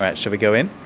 right, shall we go in?